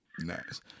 Nice